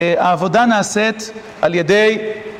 העבודה נעשית על ידי...